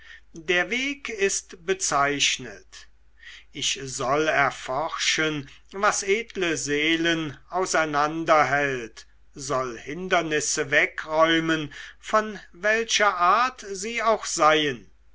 der weg ist bezeichnet ich soll erforschen was edle seelen auseinanderhält soll hindernisse wegräumen von welcher art sie auch seien